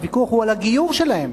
הוויכוח הוא על הגיור שלהם.